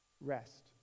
rest